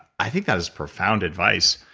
i think that is profound advice.